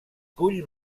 cull